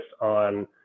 on